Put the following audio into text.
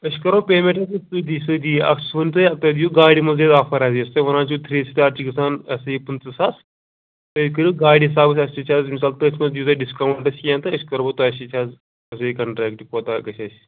أسۍ کَرو پیمٮ۪نٛٹ حظ سۭتی سۭتی اَکھ چھُ سوزٕنۍ تۅہہِ تُہۍ دِیِو گاڑِ منٛزٕ اَسہِ آفر حظ یُس تُہۍ وَنان چھِو تھرٛی سِٹار چھِ گژھان یا سا یہِ پٕنٛژٕ ساس تُہۍ کٔرِو گاڑِ حِسابَس اَسہِ سۭتۍ حظ مِثال تٔتھۍ منٛز دِیِو تُہۍ ڈِسکاوُنٛٹ کیٚنٛہہ تہٕ أسۍ کَرو تۄہہِ سۭتۍ حظ یہِ کَنٹریکٹہٕ کوتاہ گژھِ اَسہِ